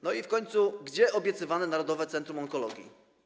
No i w końcu: Gdzie jest obiecywane narodowe centrum onkologii?